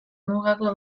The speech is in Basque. mugako